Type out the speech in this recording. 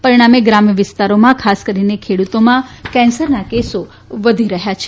પરીણામે ગ્રામ વિસ્તારોમાં ખાસ કરીને ખેડુતોમાં કેન્સરના કેસો વધી રહ્યાં છે